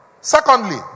secondly